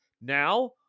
now